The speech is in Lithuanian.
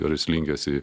ar jis linkęs į